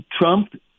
Trump